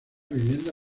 vivienda